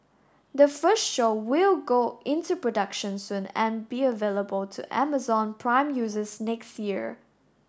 the first show will go into production soon and be available to Amazon Prime users next year